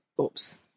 oops